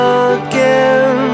again